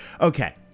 Okay